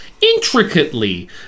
intricately